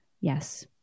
yes